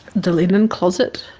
the linen closet,